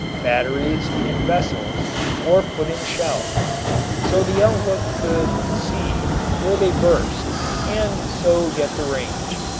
batteries and vessels or put in shells so the outlook could see where they burst and so get the range.